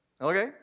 Okay